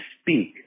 speak